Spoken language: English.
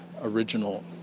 original